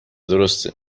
درسته